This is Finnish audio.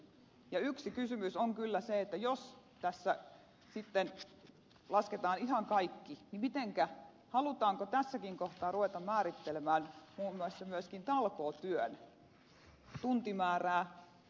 ja yksi kysymys on kyllä se että jos tässä sitten lasketaan ihan kaikki niin halutaanko tässäkin kohtaa ruveta määrittelemään muun muassa myöskin talkootyön tuntimäärää